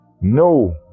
No